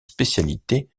spécialité